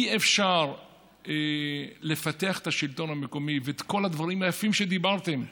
אי-אפשר לפתח את השלטון המקומי ואת כל הדברים היפים שדיברתם עליהם,